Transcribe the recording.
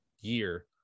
year